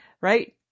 right